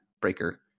breaker